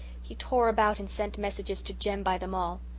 he tore about and sent messages to jem by them all.